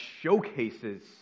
showcases